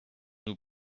nous